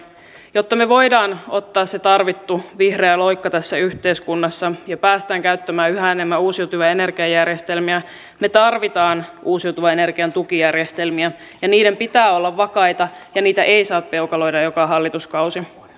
jotta me voimme ottaa sen tarvittavan vihreän loikan tässä yhteiskunnassa ja päästä käyttämään yhä enemmän uusiutuvia energiajärjestelmiä me tarvitsemme uusiutuvan energian tukijärjestelmiä ja niiden pitää olla vakaita ja niitä ei saa peukaloida joka hallituskausi